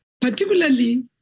particularly